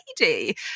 lady